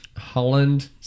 Holland